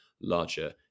larger